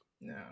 No